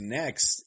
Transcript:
next